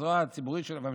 הזרוע הציבורית והמשפטית".